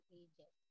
ages